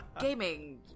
gaming